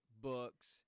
books